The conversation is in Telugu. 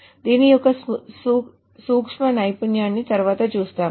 దీని యొక్క సూక్ష్మ నైపుణ్యాలను తరువాత చూస్తాము